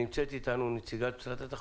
נמצאת אתנו היועצת המשפטית,